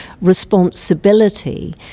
responsibility